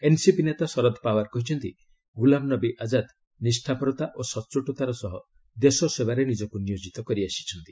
NCP ନେତା ଶରଦ ପାୱାର କହିଛନ୍ତି ଗୁଲାମ ନବୀ ଆଜାଦ ନିଷ୍ଠାପରତା ଓ ସଚ୍ଚୋଟତାର ସହ ଦେଶସେବାରେ ନିଜକୁ ନିୟୋକ୍ରିତ କରିଆସିଛନ୍ତି